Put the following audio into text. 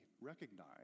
recognize